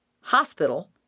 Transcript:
hospital